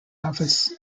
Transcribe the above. office